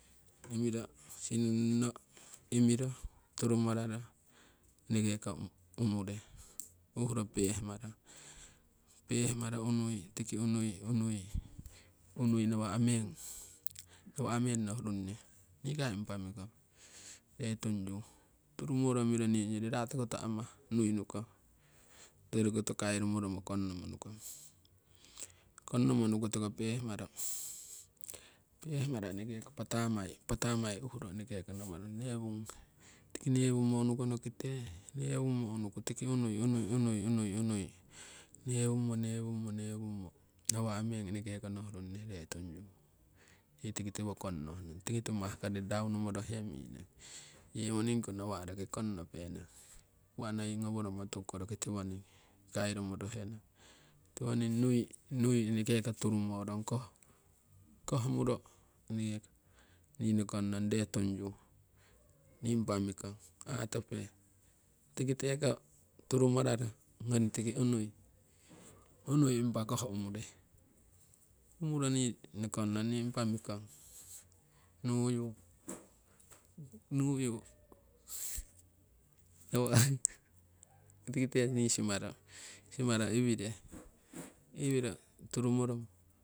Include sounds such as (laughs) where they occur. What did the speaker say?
Imiro (noise) (unintelligible) imiro turumararo eneke ko umure, uhuro peh marong pehmaro unui tiki unui unui nawa' meng nohurunne nikai impa mikong ree tungyu turumoro miroo nii ongyori rato koto amah nui nukong ongyori koto kairu moromo kongnomo nukong. Kongnomo nuku tiko pehmaro, pehmaro eneke ko patamai uhuro eneke ko namarong newunghe tiki newummo unukono kite newummo unuku tiki unui unui newummo nawa' meng eneke ko nohurung nee retungyu nii tiki tiwo kongnoh nong. Tiki timah kori raunu morohe minong yewoning ko nawa' roki kong nopenong uwa noi ngoworomo tuku roki tiwoning kairu morohe nong, tiwoning nui nui eneke ko turu morong koh. Koh muro nii nokong nong ree tungyu nii impa mikong atope tiki teko turumararo ngoni tiki unui, unui impa koh umure umuro nii nokong nong nii impa mikong nuyu, nuyu nawa' (laughs) tiki te simaro iwire.